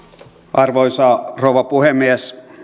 arvoisa rouva puhemies